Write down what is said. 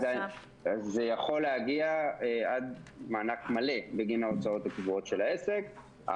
זה יכול להגיע עד מענק מלא בגין ההוצאות הקבועות של העסק.